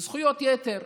זכויות יתר,